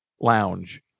lounge